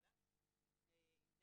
עם רהט אנחנו משתפים פעולה,